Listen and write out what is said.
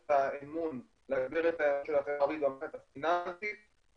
האמון של החברה הערבית במערכת הפיננסית,